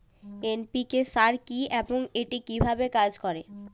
NPK সার কি এবং এটি কিভাবে কাজ করে?